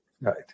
Right